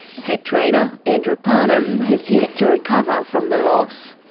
head trainer andrew parnham has yet to recover from the loss.